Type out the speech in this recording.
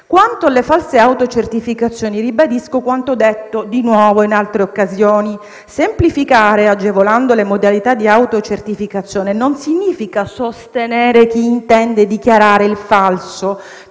Quanto alle false autocertificazioni, ribadisco quanto detto di nuovo in altre occasioni. Semplificare, agevolando le modalità di autocertificazione non significa sostenere chi intende dichiarare il falso;